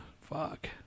Fuck